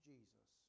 Jesus